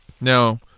Now